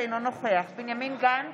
אינו נוכח בנימין גנץ,